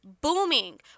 booming